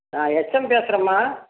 நான் ஹெச்எம் பேசுகிறேன்ம்மா